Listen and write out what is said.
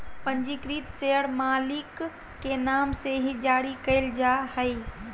पंजीकृत शेयर मालिक के नाम से ही जारी क़इल जा हइ